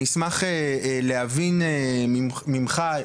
אני אשמח להבין ממך,